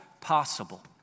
possible